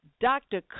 Dr